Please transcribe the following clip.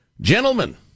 Gentlemen